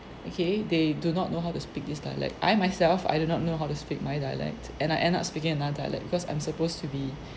okay they do not know how to speak this dialect I myself I do not know how to speak my dialect and I end up speaking another dialect because I'm supposed to be